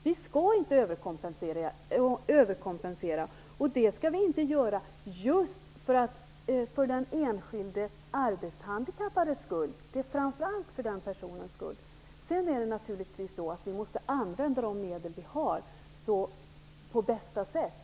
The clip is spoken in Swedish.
Vi skall inte överkompensera för den enskilde arbetshandikappades skull. Det är framför allt för den personens skull som vi inte skall göra det. Sedan måste vi naturligtvis använda de medel vi har på bästa sätt.